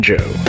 Joe